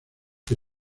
que